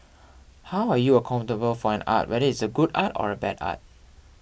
how are you accountable for an art whether is it good art or bad art